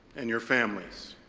and your families.